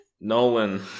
Nolan